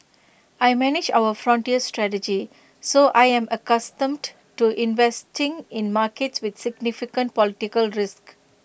I manage our frontier strategy so I am accustomed to investing in markets with significant political risk